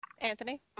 Anthony